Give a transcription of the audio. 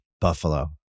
buffalo